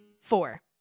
Four